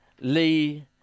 Lee